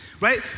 right